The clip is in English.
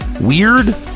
weird